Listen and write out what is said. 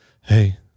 hey